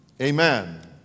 Amen